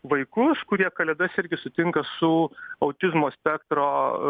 vaikus kurie kalėdas irgi sutinka su autizmo spektro